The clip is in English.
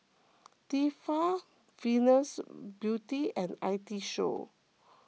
Tefal Venus Beauty and I T Show